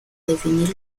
definir